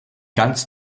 ganz